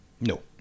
No